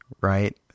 Right